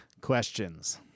questions